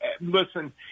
Listen